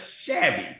shabby